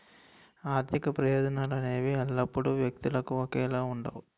ఆర్థిక ప్రయోజనాలు అనేవి ఎల్లప్పుడూ వ్యక్తులకు ఒకేలా ఉండవు